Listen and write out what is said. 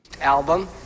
Album